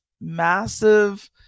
massive